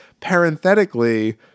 parenthetically